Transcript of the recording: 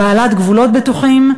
בעלת גבולות בטוחים,